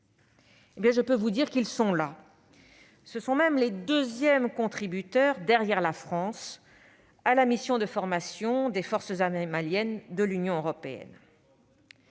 je peux vous dire qu'ils sont là ! Ce sont même les deuxièmes contributeurs, derrière la France, à la mission de formation des forces armées maliennes de l'Union européenne.